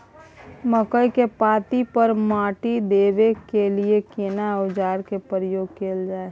मकई के पाँति पर माटी देबै के लिए केना औजार के प्रयोग कैल जाय?